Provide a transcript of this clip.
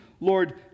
Lord